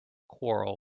quarrel